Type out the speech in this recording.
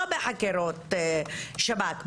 לא בחקירות שב"כ,